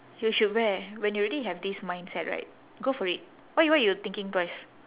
you should wear when you already have this mindset right go for it why why you thinking twice